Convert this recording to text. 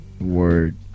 Word